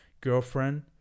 girlfriend